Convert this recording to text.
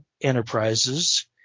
Enterprises